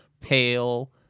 pale